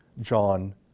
John